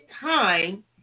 time